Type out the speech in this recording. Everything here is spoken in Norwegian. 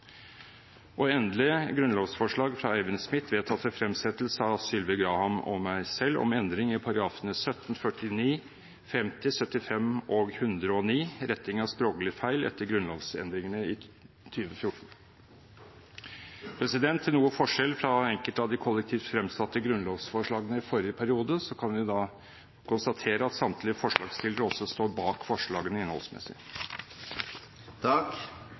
grunnlovsforslag fra Eivind Smith vedtatt til fremsettelse av representanten Sylvi Graham og meg selv om endring i §§ 17, 49, 50, 75 og 109, retting av språklige feil etter grunnlovsendringene i 2014. Til forskjell fra noen av de kollektivt fremsatte grunnlovsforslagene i forrige periode kan vi konstatere at samtlige forslagsstillere også står bak forslagene innholdsmessig.